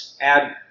add